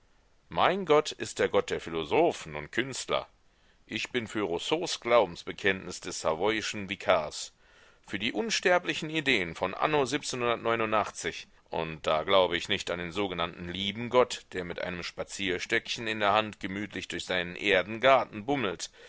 mein gott ist der gott der philosophen und künstler ich bin für rousseaus glaubensbekenntnis des savoyischen vikars für die unsterblichen ideen von anno und da glaube ich nicht an den sogenannten lieben gott der mit einem spazierstöckchen in der hand gemütlich durch seinen erdengarten bummelt